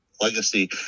legacy